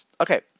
Okay